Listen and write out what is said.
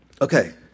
Okay